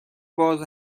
باز